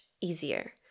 easier